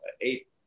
eight